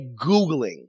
Googling